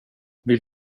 vill